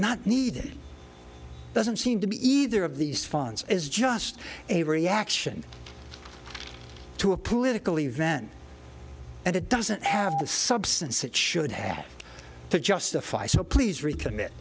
not needed doesn't seem to be either of these funds is just a reaction to a political event and it doesn't have the substance it should have to justify so please re